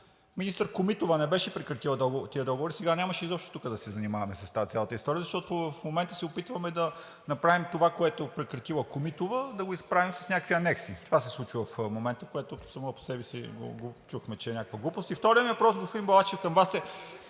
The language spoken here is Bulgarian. министър Комитова не беше прекратила тези договори, сега нямаше тук да се занимаваме с цялата тази история, защото в момента се опитваме да направим това, което е прекратила Комитова, да го изправим с някакви анекси. Това се случва в момента, което само по себе си чухме, че е някаква глупост. И вторият ми въпрос към Вас,